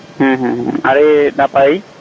ᱦᱮᱸ ᱦᱮᱸ ᱟᱹᱰᱤ ᱱᱟᱯᱟᱭ